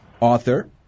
author